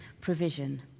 provision